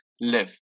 live